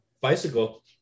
bicycle